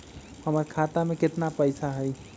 हमर खाता में केतना पैसा हई?